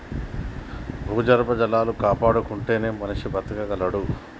భూగర్భ జలాలు కాపాడుకుంటేనే మనిషి బతకగలడు